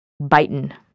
Biting